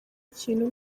ikintu